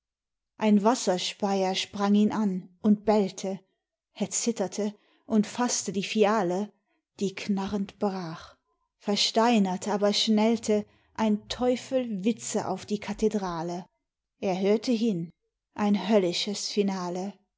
ein wasserspeier sprang ihn an und bellte er zitterte und faßte die fiale die knarrend brach versteinert aber schnellte ein teufel witze auf die kathedrale er hörte hin ein höllisches finale